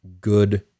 good